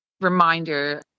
reminder